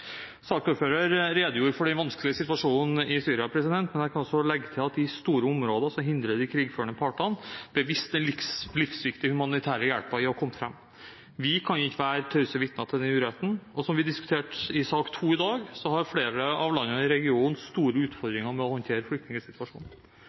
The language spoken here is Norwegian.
Saksordføreren redegjorde for den vanskelige situasjonen i Syria, men jeg kan legge til at i store områder hindrer de krigførende partene bevisst livsviktig humanitær hjelp i å komme fram. Vi kan ikke være tause vitner til denne uretten, og, som vi diskuterte i sak nr. 2 i dag, har flere av landene i regionen store